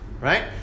right